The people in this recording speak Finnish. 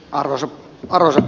arvoisa puhemies